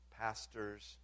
Pastors